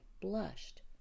blushed